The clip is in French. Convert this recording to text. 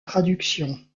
traduction